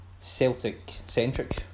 Celtic-centric